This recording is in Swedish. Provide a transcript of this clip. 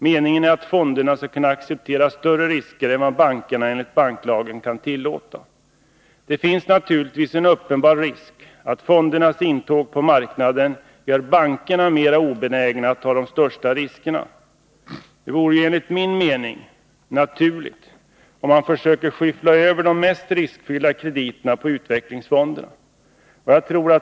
Meningen är att fonderna skall kunna acceptera större risker än vad bankerna enligt banklagen kan tillåta. Det finns naturligtvis en uppenbar risk att fondernas intåg på marknaden gör bankerna mera obenägna att ta de största riskerna. Det vore enligt min mening naturligt, om man försöker skyffla över de mest riskfyllda krediterna på utvecklingsfonderna.